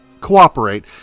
cooperate